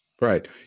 Right